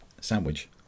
sandwich